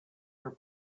your